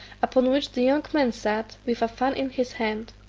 upon which the young man sat, with a fan in his hand.